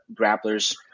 grapplers